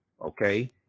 Okay